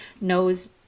knows